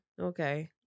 okay